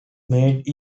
made